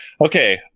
Okay